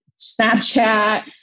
Snapchat